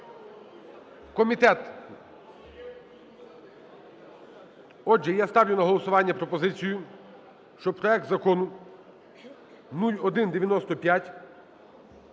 Комітет… Отже, я ставлю на голосування пропозицію, щоб проект Закону 0195